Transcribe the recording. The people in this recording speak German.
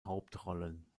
hauptrollen